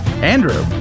Andrew